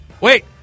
Wait